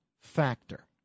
factor